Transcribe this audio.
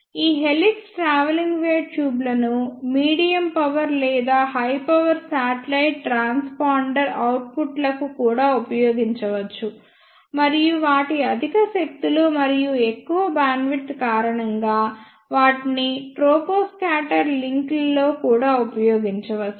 ఈ helix travelling wave ట్యూబ్లను medium power లేదా హై పవర్ శాటిలైట్ ట్రాన్స్పాండర్ అవుట్పుట్లకు కూడా ఉపయోగించవచ్చు మరియు వాటి అధిక శక్తులు మరియు ఎక్కువ బ్యాండ్విడ్త్ కారణంగా వాటిని ట్రోపోస్కాటర్ లింక్లలో కూడా ఉపయోగించవచ్చు